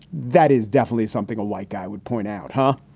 that is definitely something a white guy would point out, huh?